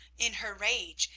in her rage,